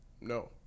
No